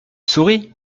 sourie